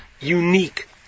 unique